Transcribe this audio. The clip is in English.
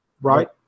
Right